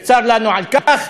וצר לנו על כך.